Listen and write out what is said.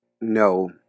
no